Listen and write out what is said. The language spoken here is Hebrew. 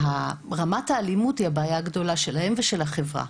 רמת האלימות היא הבעיה הגדולה שלהם ושל החברה.